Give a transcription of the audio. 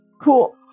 cool